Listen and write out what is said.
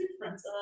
difference